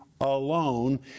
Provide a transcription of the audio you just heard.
alone